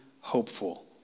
hopeful